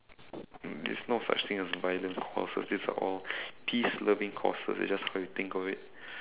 mm there's no such thing as violent courses these are all peace loving courses it's just how you think of it